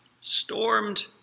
stormed